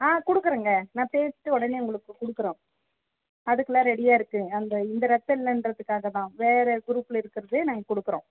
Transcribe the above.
ஆ கொடுக்குறங்க நான் பேசிவிட்டு உடனே உங்களுக்கு கொடுக்குறோம் அதுக்குலாம் ரெடியாக இருக்கு இந்த ரத்தம் இல்லருக்கிறத்காகத்தான் வேறு குரூப்பில் இருக்கிறது நாங்கள் கொடுக்குறோம்